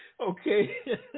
Okay